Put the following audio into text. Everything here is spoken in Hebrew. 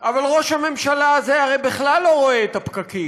אבל ראש הממשלה הזה הרי בכלל לא רואה את הפקקים.